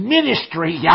ministry